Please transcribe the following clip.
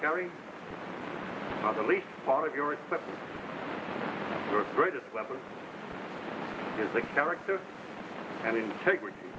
carry the least part of your greatest weapon is the character and integrity